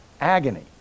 agony